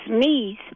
sneeze